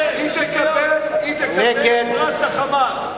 היא תקבל את פרס ה"חמאס".